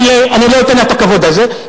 כי אני לא אתן לה את הכבוד הזה,